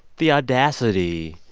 the audacity